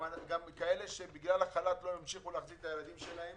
גם כאלה שבגלל החל"ת המשיכו להחזיק את הילדים שלהם